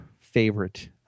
favorite